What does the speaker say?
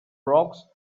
rocks